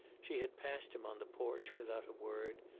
she had passed him on the porch without a word,